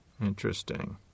Interesting